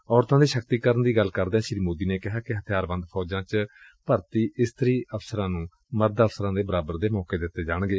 ਔਰਤਾ ਦੇ ਸ਼ਕਤੀਕਰਨ ਦੀ ਗੱਲ ਕਰਦਿਆਂ ਸ੍ਰੀ ਸੋਦੀ ਨੇ ਕਿਹਾ ਕਿ ਹਬਿਆਰਬੰਦ ਫੌਜਾਂ ਚ ਭਰਤੀ ਇਸਤਰੀ ਅਫਸਰਾਂ ਨੂੰ ਮਰਦ ਅਫਸਰਾਂ ਦੇ ਬਰਾਬਰ ਦੇ ਮੌਕੇ ਦਿੱਤੇ ਜਾਣਗੇ